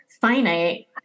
finite